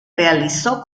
realizó